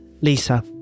Lisa